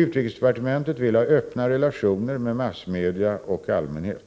Utrikesdepartementet vill ha öppna relationer med massmedia och allmänhet.